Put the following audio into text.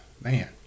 man